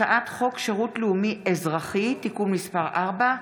הצעת חוק שירות לאומי-אזרחי (תיקון מס' 4),